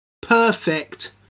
Perfect